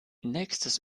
nächstes